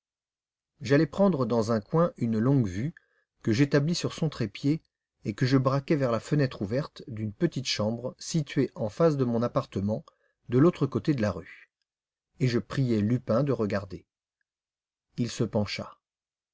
j'allai prendre dans un coin une longue-vue que j'établis sur son trépied et que je braquai vers la fenêtre ouverte d'une petite chambre située en face de mon appartement de l'autre côté de la rue et je priai lupin de regarder il se pencha